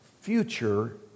future